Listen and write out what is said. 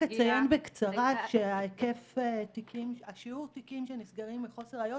רק אציין בקצרה ששיעור התיקים שנסגרים מחוסר ראיות